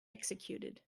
executed